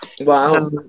Wow